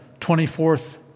24th